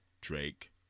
Drake